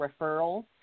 referrals